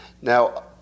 Now